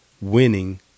winning